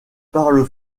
parlent